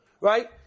right